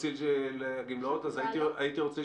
מטילים עליך הרבה מגבלות והרבה דברים ואומרים